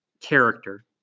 character